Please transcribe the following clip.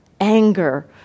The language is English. anger